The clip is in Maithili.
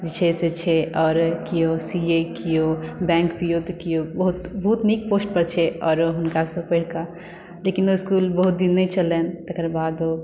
जे छै से छै आओर केओ सी ए तऽ केओ बैंक पी ओ तऽ केओ बहुत नीक पोस्ट सभ पर छै आओरो हुनकासँ पढ़िकऽ लेकिन ओ इसकुल बहुत दिन नहि चललनि तकर बादो